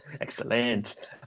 Excellent